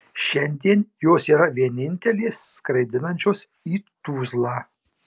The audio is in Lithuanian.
šiandien jos yra vienintelės skraidinančios į tuzlą